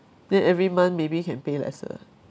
then every month maybe you can pay lesser